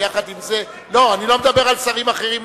אני לא מדבר נגד שרים אחרים,